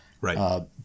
Right